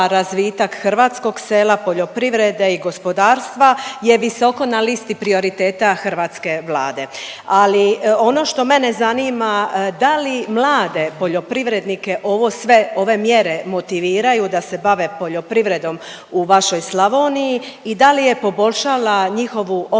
razvitak hrvatskog sela, poljoprivrede i gospodarstva je visoko na listi prioriteta hrvatske Vlade. Ali ono što mene zanima, da li mlade poljoprivrednike ovo sve, ove mjere motiviraju da se bave poljoprivredom u vašoj Slavoniji i da li je poboljšala njihovu obrazovnu